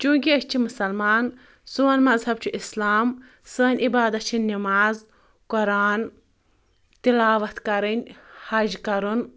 چونکہٕ ٲسۍ چھِ مسلمان سون مذہب چھُ اسلام سٲنۍ عبادت چھِ نٮ۪ماز قۄرٲن تلاوت کَرٕنۍ حج کرُن